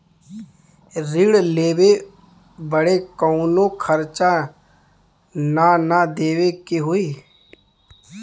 ऋण लेवे बदे कउनो खर्चा ना न देवे के होई?